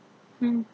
mm